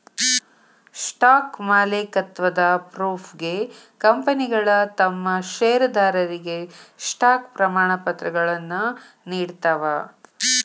stock ಮಾಲೇಕತ್ವದ ಪ್ರೂಫ್ಗೆ ಕಂಪನಿಗಳ ತಮ್ ಷೇರದಾರರಿಗೆ ಸ್ಟಾಕ್ ಪ್ರಮಾಣಪತ್ರಗಳನ್ನ ನೇಡ್ತಾವ